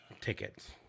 tickets